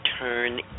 turn